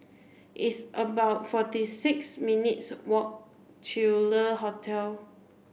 it's about forty six minutes walk to Le Hotel